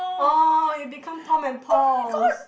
oh it become Tom and Paul's